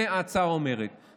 זה מה שאומרת ההצעה.